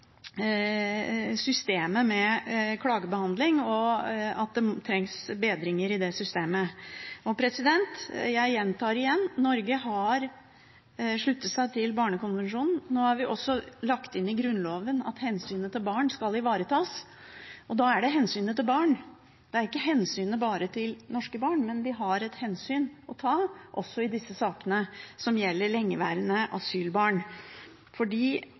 systemet for klagebehandling – og det trengs bedringer i det systemet. Jeg gjentar igjen: Norge har sluttet seg til Barnekonvensjonen. Nå har vi også lagt inn i Grunnloven at hensynet til barn skal ivaretas, og da er det hensynet til barn – det er ikke hensynet bare til norske barn, men vi har et hensyn å ta også i disse sakene som gjelder lengeværende asylbarn,